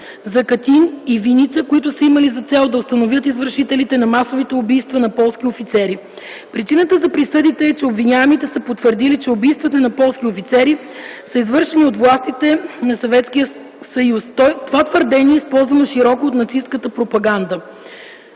за Катин и Виница, които са имали за цел да установят извършителите на масовите убийства на полски офицери. Причината за присъдите е, че обвиняемите са потвърдили, че убийствата на полски офицери са извършени от властите на Съветския съюз. Това твърдение е използвано широко от нацистката пропаганда.